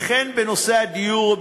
וכן בנושא הדיור,